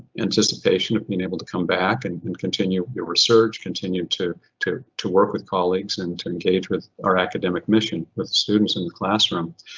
anticipation of being able to come back and and continue your research, continue to to work with colleagues and to engage with our academic mission with students in the classroom.